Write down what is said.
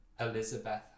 Elizabeth